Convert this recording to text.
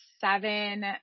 seven